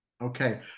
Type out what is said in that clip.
Okay